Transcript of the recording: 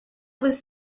was